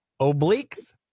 Obliques